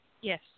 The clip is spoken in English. Yes